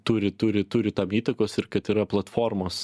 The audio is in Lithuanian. turi turi turi tam įtakos ir kad yra platformos